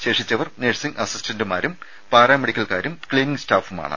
ശേഷിച്ചവർ nursing അസിസ്റ്റന്റുമാരും പാരാമെഡിക്കൽകാരും cleaning സ്റ്റാഫുമാണ്